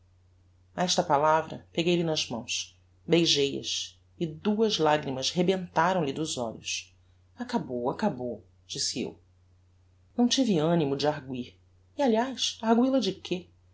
esta palavra peguei-lhe nas mãos beijei as e duas lagrimas rebentaram lhe dos olhos acabou acabou disse eu não tive animo de arguir e aliás arguil a de que